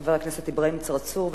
חבר הכנסת אברהים צרצור.